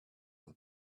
our